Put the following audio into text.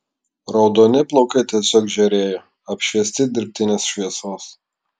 raudoni plaukai tiesiog žėrėjo apšviesti dirbtinės šviesos